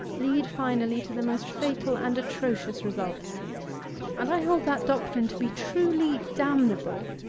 lead, finally, to the most fatal and atrocious results and i hold that doctrine to be truly damnable,